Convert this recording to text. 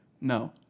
No